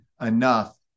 enough